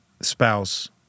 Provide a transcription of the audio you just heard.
spouse